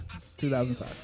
2005